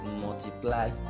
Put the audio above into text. multiply